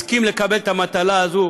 הסכים לקבל את המטלה הזאת